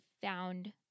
found